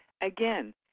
again